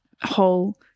whole